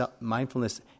mindfulness